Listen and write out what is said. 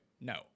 No